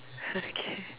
okay